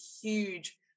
huge